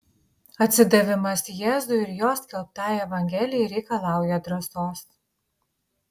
atsidavimas jėzui ir jo skelbtai evangelijai reikalauja drąsos